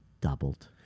doubled